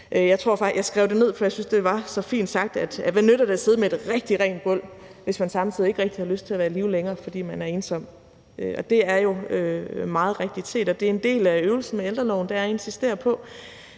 ordfører i. Jeg skrev ned, for jeg synes, det var så fint sagt, at hvad nytter det at sidde med et rigtig rent gulv, hvis man samtidig ikke rigtig har lyst til at være i live længere, fordi man er ensom. Det er jo meget rigtigt set, og det er en del af øvelsen med ældreloven. Det er at insistere på,